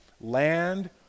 land